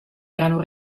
erano